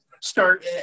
start